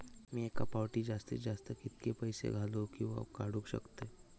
मी एका फाउटी जास्तीत जास्त कितके पैसे घालूक किवा काडूक शकतय?